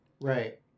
Right